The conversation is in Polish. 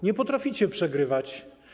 Nie potraficie przegrywać.